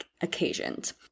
occasions